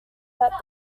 that